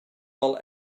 all